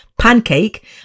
pancake